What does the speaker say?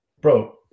Bro